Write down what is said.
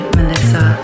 Melissa